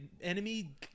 enemy